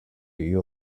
you